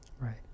Right